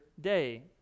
day